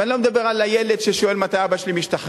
ואני לא מדבר על הילד ששואל: מתי אבא שלי משתחרר?